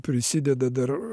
prisideda dar